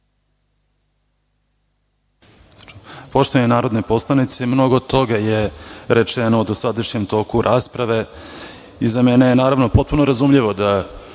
Poštovani narodni poslanici, mnogo toga je rečeno u dosadašnjem toku rasprave. Za mene je potpuno razumljivo da